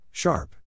Sharp